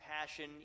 passion